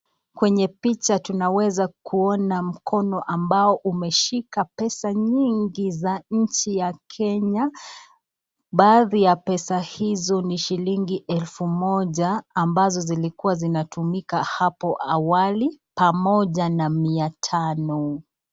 Kwenye picha tunaweza kuona mkono ambao umeshika pesa nyingi za nchi ya kenya, baadhi za pesa hizo ni shilingi elfu moja ambazo zilikua zinatumika hapo awali, pamoja na mia tano.